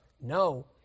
No